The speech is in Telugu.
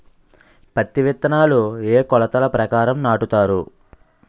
పత్తి విత్తనాలు ఏ ఏ కొలతల ప్రకారం నాటుతారు?